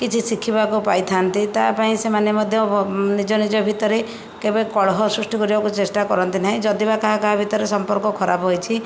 କିଛି ଶିଖିବାକୁ ପାଇଥାନ୍ତି ତା ପାଇଁ ସେମାନେ ମଧ୍ୟ ନିଜ ନିଜ ଭିତରେ କେବେ କଳହ ସୃଷ୍ଟି କରିବାକୁ ଚେଷ୍ଟା କରନ୍ତି ନାହିଁ ଯଦି ବା କାହା କାହା ଭିତରେ ସମ୍ପର୍କ ଖରାପ ହୋଇଛି